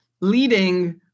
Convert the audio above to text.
leading